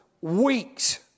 weeks